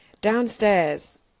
Downstairs